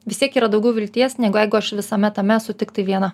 vis tiek yra daugiau vilties negu jeigu aš visame tame esu tiktai viena